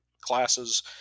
classes